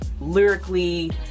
lyrically